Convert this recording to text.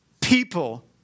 people